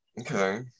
Okay